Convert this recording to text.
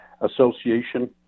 Association